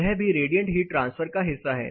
यह भी radiant heat transfer का हिस्सा है